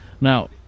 Now